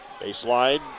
Baseline